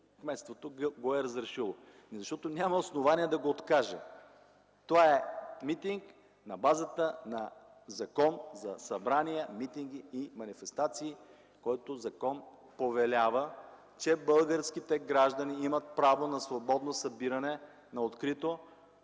кметството го е разрешило?” Защото няма основание да го откаже. Това е митинг на базата на Закона за събранията, митингите и манифестациите. Този закон повелява, че българските граждани имат право на свободно събиране на открито,